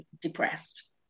depressed